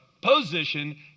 position